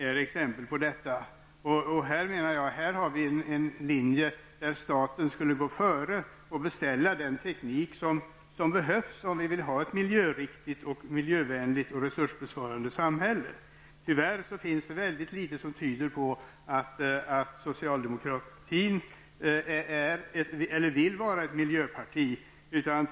Jag menar att staten bör hålla en linje som skulle innebära att man går före och beställer den teknik som behövs om vi vill ha ett miljöriktigt, miljövänligt och resursbevarande samhälle. Tyvärr finns det väldigt litet som tyder på att socialdemokratin är eller vill vara ett miljöparti.